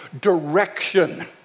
direction